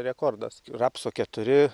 rekordas rapso keturi